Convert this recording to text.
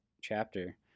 chapter